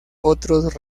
otros